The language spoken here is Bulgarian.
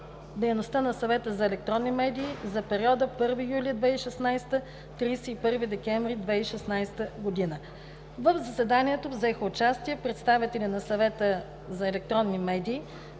дейността на Съвета за електронни медии за периода 1 юли 2016 г. – 31 декември 2016 г. В заседанието участваха представители от Съвета за електронни медии: